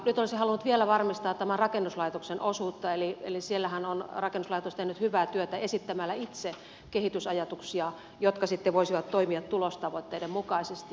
nyt olisin halunnut vielä varmistaa tämän rakennuslaitoksen osuutta eli siellähän on rakennuslaitos tehnyt hyvää työtä esittämällä itse kehitysajatuksia jotka sitten voisivat toimia tulostavoitteiden mukaisesti